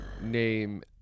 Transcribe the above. name